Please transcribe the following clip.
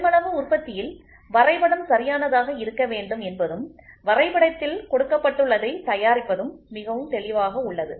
பெருமளவு உற்பத்தியில் வரைபடம் சரியானதாக இருக்க வேண்டும் என்பதும் வரைபடத்தில் கொடுக்கப்பட்டுள்ளதை தயாரிப்பதும் மிகவும் தெளிவாக உள்ளது